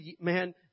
man